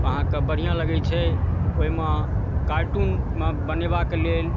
अहाँके बढ़िआँ लगै छै ओहिमे कार्टूनमे बनेबाक लेल